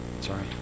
Sorry